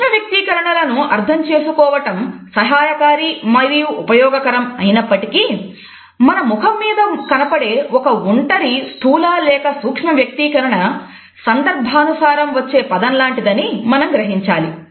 సూక్ష్మ వ్యక్తీకరణలను అర్థం చేసుకోవటం సహాయకారి మరియు ఉపయోగకరం అయినప్పటికీ మన మొఖం మీద కనపడే ఒక ఒంటరి స్థూల లేక సూక్ష్మ వ్యక్తీకరణ సందర్భానుసారం వచ్చే పదం లాంటిదని మనం గ్రహించాలి